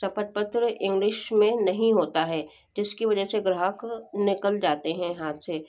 क्षपथ पत्र इंग्लिश में नहीं होता है जिसकी वजह से ग्राहक निकल जाते हैं हाँथ से